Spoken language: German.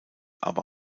aber